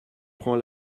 prend